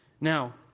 Now